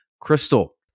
Crystal